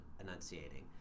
enunciating